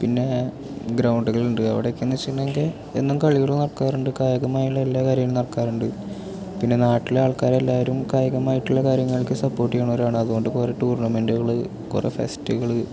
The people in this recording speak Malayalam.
പിന്നെ ഗ്രൗണ്ടുകളുണ്ട് അവിടേക്കെന്നു വെച്ചിട്ടുണ്ടെങ്കിൽ എന്നും കളികൾ നടക്കാറുണ്ട് കായികമായ എല്ലാ കാര്യങ്ങളും നടക്കാറുണ്ട് പിന്നെ നാട്ടിലെ ആൾക്കാരെല്ലാവരും കായികമായിട്ടുള്ള കാര്യങ്ങൾക്ക് സപ്പോർട്ട് ചെയ്യുന്നവരാണ് അതുകൊണ്ട് കുറേ ടൂർണമെൻടുകൾ കുറേ ഫെസ്റ്റുകൾ